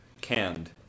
canned